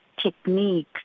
technique